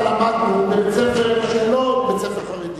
למדנו בבית-ספר שהוא לא בית-ספר חרדי,